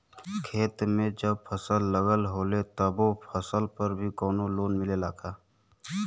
खेत में जब फसल लगल होले तब ओ फसल पर भी कौनो लोन मिलेला का?